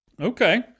Okay